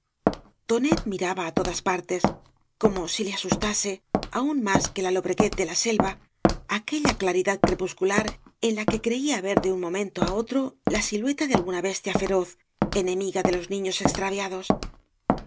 tonet miraba á todas partes como si le asustase aún más que la lobreguez de la selva aquella claridad crepuscular en la que creía ver de un momento á otro la silueta de alguna bestia feroz enemiga de los niños extraviados